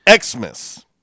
Xmas